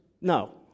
No